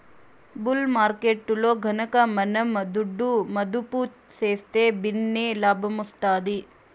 bull మార్కెట్టులో గనక మనం దుడ్డు మదుపు సేస్తే భిన్నే లాబ్మొస్తాది